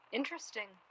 Interesting